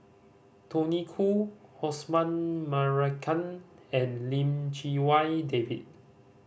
Tony Khoo Osman Merican and Lim Chee Wai David